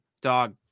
dog